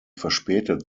verspätet